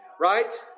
Right